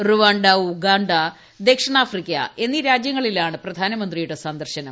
Rwanda Uganda ദക്ഷിണാഫ്രിക്ക രാജ്യങ്ങളിലാണ് പ്രധാനമന്ത്രിയുടെ എന്നീ സന്ദർശനം